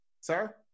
Sir